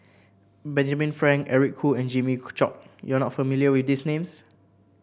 Benjamin Frank Eric Khoo and Jimmy Chok you are not familiar with these names